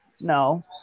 no